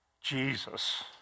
Jesus